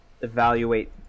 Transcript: evaluate